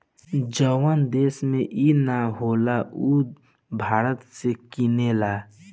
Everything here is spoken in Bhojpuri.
जवन देश में ई ना होला उ भारत से किनेला